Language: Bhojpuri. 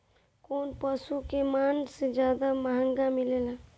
कौन पशु के मांस ज्यादा महंगा मिलेला?